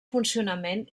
funcionament